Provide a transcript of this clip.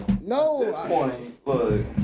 No